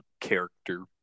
character